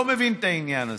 לא מבין את העניין הזה.